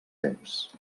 temps